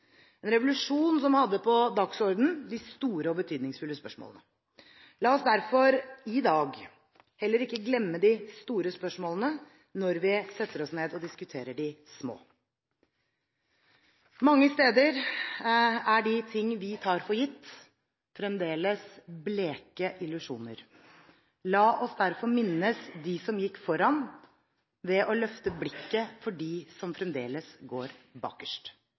en revolusjon som hadde på dagsordenen de store og betydningsfulle spørsmålene. La oss derfor i dag heller ikke glemme de store spørsmålene når vi setter oss ned og diskuterer de små. Mange steder er de ting vi tar for gitt, fremdeles bleke illusjoner. La oss derfor minnes dem som gikk foran, og løfte blikket for å se dem som fremdeles går bakerst.